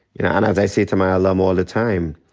you know and as i say to my alum all the time,